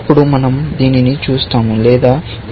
అప్పుడు మనం దీనిని చూస్తాము లేదా ఇది కావచ్చు